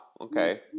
Okay